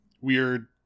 weird